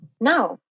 No